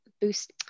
boost